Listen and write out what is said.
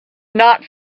not